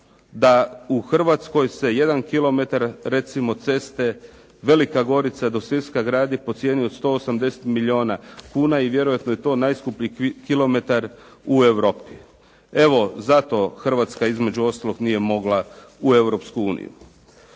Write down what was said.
da u Hrvatskoj se jedan kilometar recimo ceste Velika Gorica do Siska gradi po cijeni od 180 milijuna kuna i vjerojatno je to najskuplji kilometar u Europi. Evo zato Hrvatska između ostalog nije mogla u Europsku uniju.